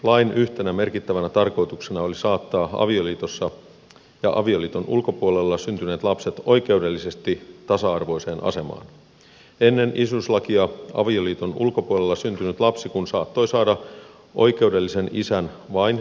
lain yhtenä merkittävänä tarkoituksena oli saattaa avioliitossa ja avioliiton ulkopuolella syntyneet lapset oikeudellisesti tasa arvoiseen asemaan ennen isyyslakia avioliiton ulkopuolella syntynyt lapsi kun saattoi saada oikeudellisen isän vain tunnustamisen kautta